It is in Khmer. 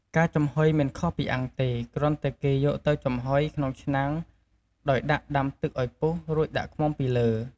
ការចំហុយមិនខុសពីអាំងទេ គ្រាន់តែគេយកទៅចំហុយក្នុងឆ្នាំងដោយដាក់ដាំទឹកឱ្យពុះរួចដាក់ឃ្មុំពីលើ។